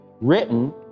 written